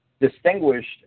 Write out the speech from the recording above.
distinguished